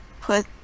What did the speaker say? put